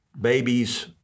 babies